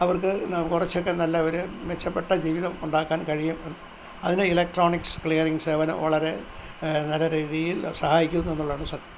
അവർക്ക് കുറച്ചൊക്കെ നല്ല ഒരു മെച്ചപ്പെട്ട ജീവിതം ഉണ്ടാക്കാൻ കഴിയും അതിന് ഇലക്ട്രോണിക്സ് ക്ലിയറിങ്ങ് സേവനം വളരെ നല്ല രീതിയിൽ സഹായിക്കുന്നു എന്നുള്ളതാണ് സത്യം